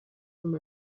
from